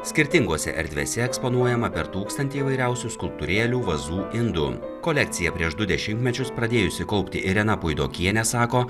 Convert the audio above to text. skirtingose erdvėse eksponuojama per tūkstantį įvairiausių skulptūrėlių vazų indų kolekciją prieš du dešimtmečius pradėjusi kaupti irena puidokienė sako